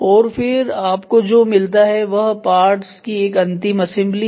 और फिर आपको जो मिलता है वह पार्ट्स की एक अंतिम असेंबली है